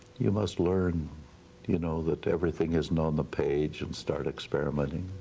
you must learn you know that everything isn't on the page and start experimenting.